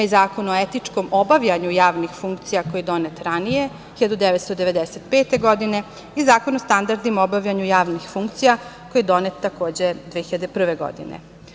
Imaju Zakon o etičkom obavljanju javnih funkcija, koji je donet ranije, 1995. godine i Zakon o standardima u obavljanju javnih funkcija, koji je donet takođe 2001. godine.